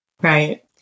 Right